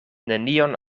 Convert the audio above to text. nenion